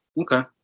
Okay